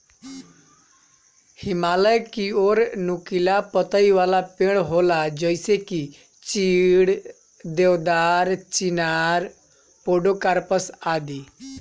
हिमालय की ओर नुकीला पतइ वाला पेड़ होला जइसे की चीड़, देवदार, चिनार, पोड़ोकार्पस आदि